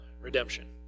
redemption